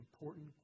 important